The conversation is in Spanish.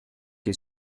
que